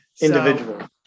Individual